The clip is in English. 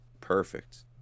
perfect